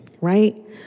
right